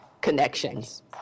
connections